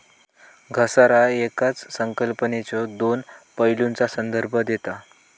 घसारा येकाच संकल्पनेच्यो दोन पैलूंचा संदर्भ देता